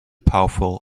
powerful